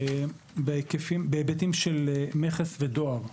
בהיבטים של מכס ודואר.